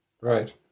right